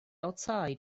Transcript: outside